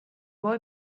boy